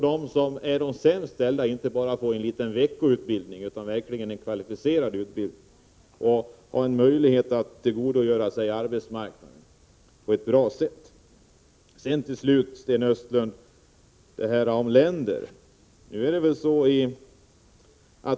Då får de sämst ställda inte bara en veckoutbildning utan en verkligt kvalificerad utbildning, så att de kan komma in på arbetsmarknaden på ett bra sätt. Sedan till slut, Sten Östlund, det här med länder.